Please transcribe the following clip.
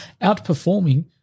outperforming